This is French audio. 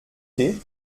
thé